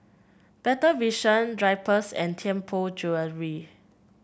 Better Vision Drypers and Tianpo Jewellery